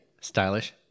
stylish